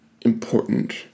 important